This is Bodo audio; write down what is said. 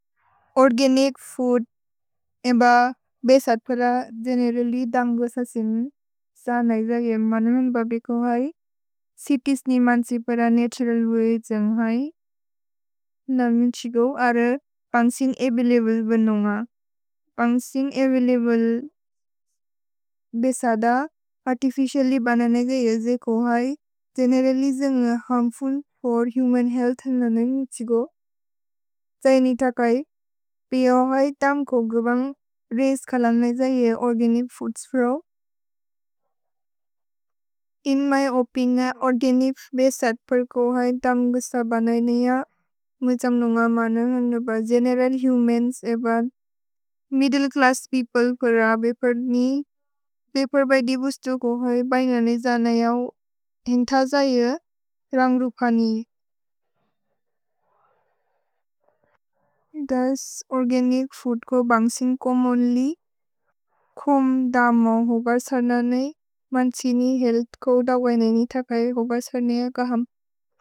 ओर्गनिच् फूद् एब बेसत् प्र गेनेरल्य् दन्ग् बससिन् स नैद गे मनुमन् बब्रि को है। छितिस् नि मन्सि प्र नतुरल् वय् जेन्ग् है। नमिन् त्शिगो अर फन्ग्सिन्ग् अवैलब्ले बनो न्ग। फन्ग्सिन्ग् अवैलब्ले बेसद अर्तिफिचिअल्ल्य् बनने गे येजे को है। गेनेरल्ल्य् जेन्ग् हर्म्फुल् फोर् हुमन् हेअल्थ् नमिन् त्शिगो। जयिनि थकै पेयो है तम् को गवन्ग् रैसे खलने ज ये ओर्गनिच् फूद्स् फ्रौ। इन् म्य् ओपिनिओन् ओर्गनिच् बेसत् प्र को है तम् गस बनने ये। म्विछम् नुन्ग मनु हनु ब गेनेरल् हुमन्स् एब मिद्द्ले च्लस्स् पेओप्ले प्र बेपर् नि। भेपर् बै देबुस्तु को है बनने ज न यव् हेन्थ ज ये रन्ग् रुप नि। दस् ओर्गनिच् फूद् को फन्ग्सिन्ग् को मोलि खुम् दमो होगसन नै। मन्छिनि हेअल्थ् को उदवेनेनि थकै होगसने अकहम्।